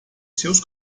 seus